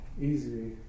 easily